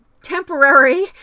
temporary